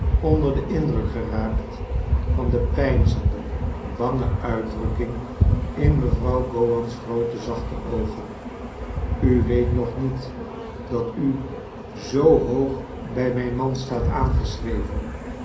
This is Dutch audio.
onder den indruk geraakt van de peinzende bange uitdrukking in mevrouw gowan's groote zachte oogen u weet nog nlet dat u zoo hoog bij mijn man staat aangeschreven